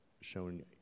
shown